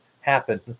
happen